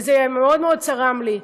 וזה מאוד מאוד צרם לי,